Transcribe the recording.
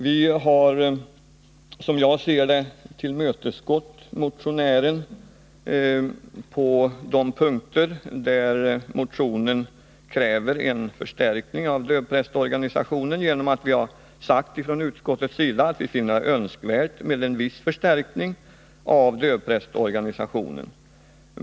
Vi har, som jag ser det, tillmötesgått motionärerna när det gäller en förstärkning av dövprästorganisationen. Utskottet har uttalat att vi finner en viss förstärkning av dövprästorganisationen önskvärd.